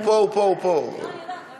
הוא פה, הוא פה, הוא פה.